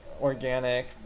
organic